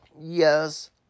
Yes